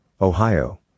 Ohio